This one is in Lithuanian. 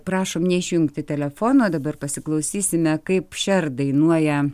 prašom neišjungti telefono dabar pasiklausysime kaip šer dainuoja